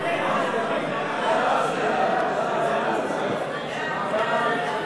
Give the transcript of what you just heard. הודעת הממשלה על העברת סמכויות מראש הממשלה ומשר